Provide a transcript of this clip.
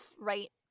right